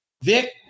Vic